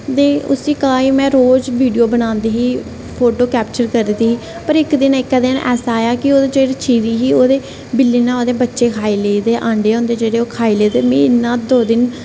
ते उसी घाह् गी में रोज़ वीडियो बनांदी ही फोटो कैप्चर करदी ही पर इक दिन इक दिन ऐसा आया कि ओह् जेह्ड़ी चिड़ी ही ओह्दे बिल्ली ने ओह्दे बच्चे खाई ले हे जेह्ड़े अंडे होंदे ओह् खाई ले हे ते मिगी इन्ना दो दिन